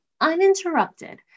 uninterrupted